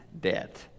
debt